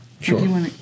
Sure